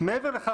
מעבר לכך,